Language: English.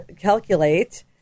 calculate